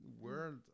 world